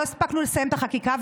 לא הספקנו לסיים את החקיקה,